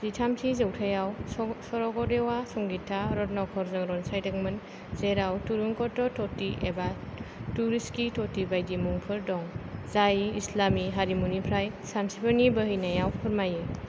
जिथामथि जौथायाव शर स्वरग'देवआ संगीता रत्नाकरजो रनसायदोंमोन जेराव तुरुंकत' ट'टि एबा टुरिसकी ट'टि बायदि मुंफोर दं जाय इस्लामी हारिमुनिफ्राय सानस्रिफोरनि बोहैनायाव फोरमायो